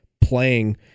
playing